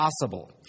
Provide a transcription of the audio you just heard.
possible